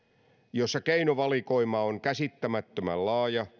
jossa keinovalikoima on käsittämättömän laaja